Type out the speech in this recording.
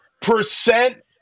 percent